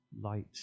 light